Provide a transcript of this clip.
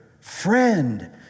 friend